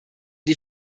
die